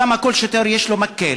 שם לכל שוטר יש מקל,